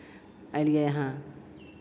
अयलियै यहाँ